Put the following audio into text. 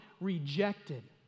rejected